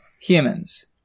Humans